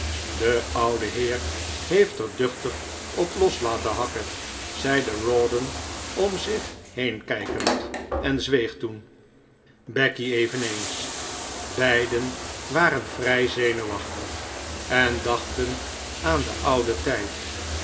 de ouwe heer heeft er duchtig op los laten hakken zeide rawdon om zich heen kijkend en zweeg toen becky eveneens beiden waren vrij zenuwachtig en dachten aan den ouden tijd